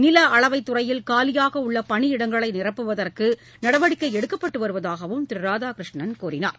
நில அளவைத் துறையில் காலியாக உள்ள பணியிடங்களை நிரப்புவதற்கு நடவடிக்கை எடுக்கப்பட்டு வருவதாகவும் திரு ராதாகிருஷ்ணன் கூறினார்